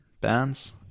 bands